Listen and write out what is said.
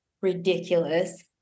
ridiculous